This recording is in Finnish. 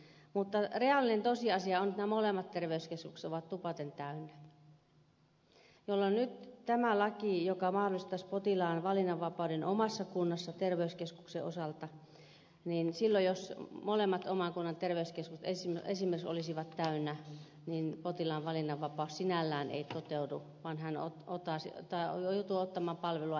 mutta reaalinen tosiasia on että nämä molemmat terveyskeskukset ovat tupaten täynnä jolloin nyt tässä laissa joka mahdollistaisi potilaan valinnanvapauden omassa kunnassa terveyskeskuksen osalta silloin jos molemmat oman kunnan terveyskeskukset esimerkiksi olisivat täynnä potilaan valinnanvapaus sinällään ei toteudu vaan hän joutuu ottamaan palvelua ei oosta